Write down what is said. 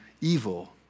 evil